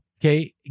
okay